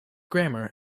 grammar